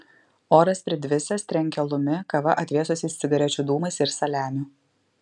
oras pridvisęs trenkė alumi kava atvėsusiais cigarečių dūmais ir saliamiu